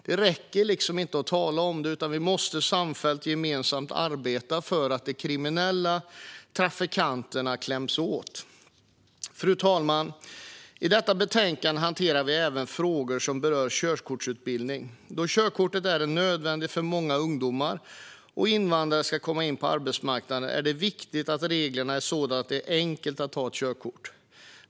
Det räcker liksom inte att tala om det, utan vi måste samfällt arbeta för att de kriminella trafikanterna ska klämmas åt. Fru talman! I detta betänkande hanterar vi även frågor som berör körkortsutbildning. Då körkort är en nödvändighet för att många ungdomar och invandrare ska komma in på arbetsmarknaden är det viktigt att reglerna är sådana att det är enkelt att ta ett körkort.